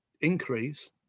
increase